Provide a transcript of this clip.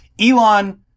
Elon